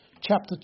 chapter